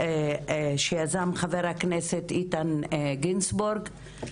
שיזם חבר הכנסת איתן גינזבורג.